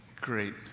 great